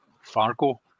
Fargo